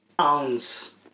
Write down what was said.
ounce